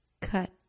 Cut